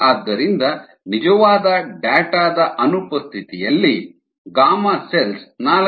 ಆದ್ದರಿಂದ ನಿಜವಾದ ಡೇಟಾ ದ ಅನುಪಸ್ಥಿತಿಯಲ್ಲಿ Γcells 4